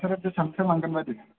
नोंसोरो बेसेबांसो लांगोन बायदि